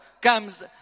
comes